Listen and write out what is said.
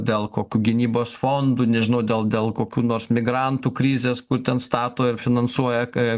dėl kokių gynybos fondų nežinau dėl dėl kokių nors migrantų krizės kur ten stato ir finansuoja ką